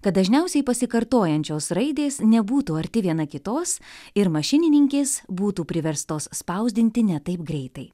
kad dažniausiai pasikartojančios raidės nebūtų arti viena kitos ir mašininkės būtų priverstos spausdinti ne taip greitai